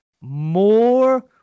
more